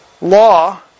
law